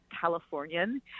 Californian